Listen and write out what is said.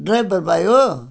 driver भाइ हो